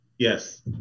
Yes